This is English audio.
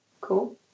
Cool